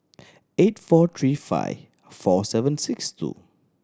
eight four three five four seven six two